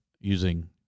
using